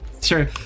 Sure